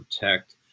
protect